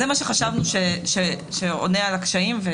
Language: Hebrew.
זה מה שחשבנו שעונה על הקשיים.